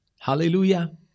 Hallelujah